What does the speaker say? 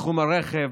בתחום הרכב,